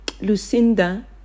Lucinda